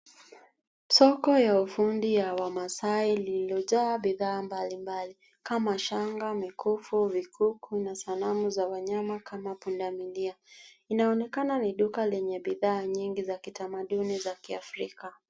Soko ya ufundi ya Wamaasai lililojaa bidhaa mbali mbali kama: shanga, mikufu, vikuku na sanamu za wanyama kama punda milia. Inaonekana ni duka lenye bidhaa nyingi za kitamaduni za Kiafrika.